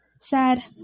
Sad